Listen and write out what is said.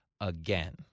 again